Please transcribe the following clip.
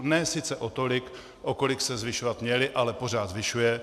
Ne sice o tolik, o kolik se zvyšovat měly, ale pořád zvyšuje.